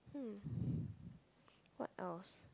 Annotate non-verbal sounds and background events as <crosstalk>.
um <breath> what else